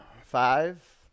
Five